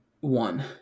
one